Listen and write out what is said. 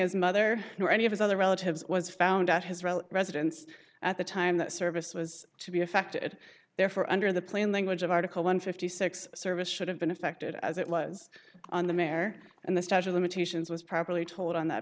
his mother nor any of his other relatives was found at his relatives events at the time that service was to be affected therefore under the plain language of article one fifty six service should have been effected as it was on the mare and the statue of limitations was properly told on that